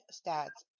stats